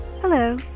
hello